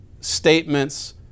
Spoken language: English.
statements